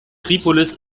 tripolis